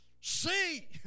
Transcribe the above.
See